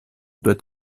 doit